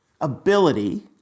ability